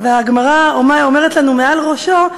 והגמרא אומרת לנו מעל ראשו: